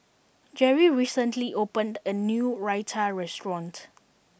Jerry recently opened a new Raita restaurant